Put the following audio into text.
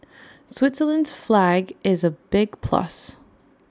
Switzerland's flag is A big plus